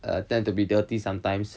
err tend to be dirty sometimes